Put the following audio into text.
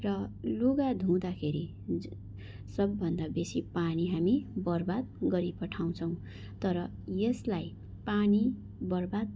र लुगा धुँदाखेरि सबभन्दा बेसी पानी हामी बर्बाद गरी पठाउँछौँ तर यसलाई पानी बर्बाद